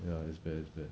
ya it's very bad